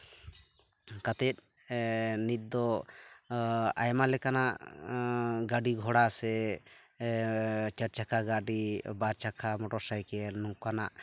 ᱠᱟᱛᱮᱫ ᱱᱤᱛ ᱫᱚ ᱟᱭᱢᱟ ᱞᱮᱠᱟᱱᱟᱜ ᱜᱟᱹᱰᱤ ᱜᱷᱚᱲᱟ ᱥᱮ ᱪᱟᱨ ᱪᱟᱠᱟ ᱜᱟᱹᱰᱤ ᱵᱟᱨ ᱪᱟᱠᱟ ᱢᱚᱴᱚᱨ ᱥᱟᱭᱠᱮᱞ ᱱᱚᱝᱠᱟᱱᱟᱜ